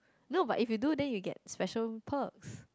no but if you do then you will get special purse